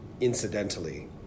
incidentally